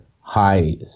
high